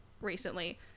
recently